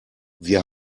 wir